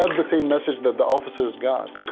ah the same message that the officers got,